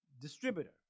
distributor